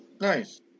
Nice